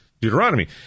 Deuteronomy